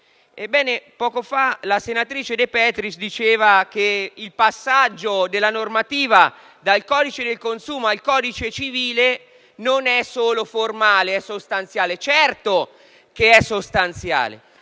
Poco fa la senatrice De Petris diceva che il passaggio della normativa dal codice del consumo al codice civile non è solo formale, ma è sostanziale. Certo che è sostanziale: